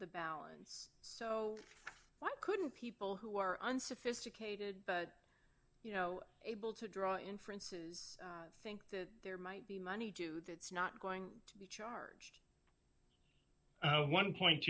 the balance so why couldn't people who are unsophisticated but you know able to draw inferences think that there might be money to that's not going to be charged one